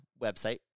website